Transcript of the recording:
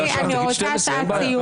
אדוני, אני רוצה שעת סיום.